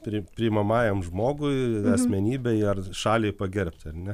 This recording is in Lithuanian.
pri priimamajam žmogui asmenybei ar šaliai pagerbti ar ne